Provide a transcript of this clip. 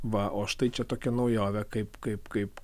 va o štai čia tokia naujovė kaip kaip kaip